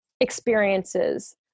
experiences